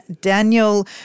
Daniel